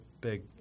big